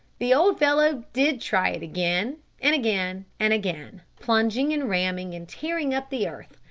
the old fellow did try it again, and again, and again, plunging, and ramming, and tearing up the earth,